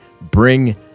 bring